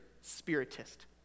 Spiritist